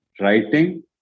writing